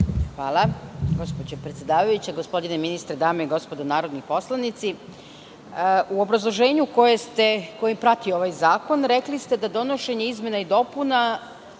Hvala. Gospođo predsedavajuća, gospodine ministre, dame i gospodo narodni poslanici, u obrazloženju koje prati ovaj zakon rekli ste da je donošenje izmena i dopuna